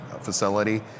facility